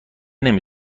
نمی